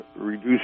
reduce